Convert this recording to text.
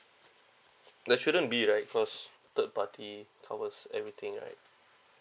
that shouldn't be like cause third party covers everything right